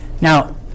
Now